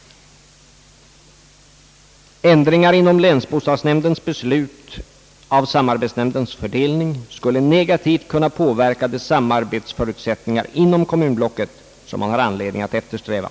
Ändringar inom länsbostadsnämndens beslut av samarbetsnämndens fördelning skulle negativt kunna påverka de samarbetsförutsättningar inom kommunblocket som man har anledning att eftersträva.